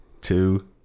two